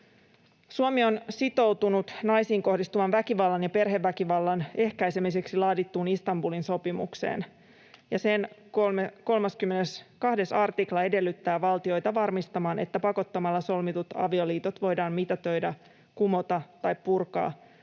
Suomi on sitoutunut naisiin kohdistuvan väkivallan ja perheväkivallan ehkäisemiseksi laadittuun Istanbulin sopimukseen, ja sen 32 artikla edellyttää valtioita varmistamaan, että pakottamalla solmitut avioliitot voidaan mitätöidä, kumota tai purkaa